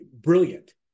brilliant